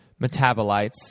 metabolites